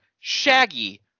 Shaggy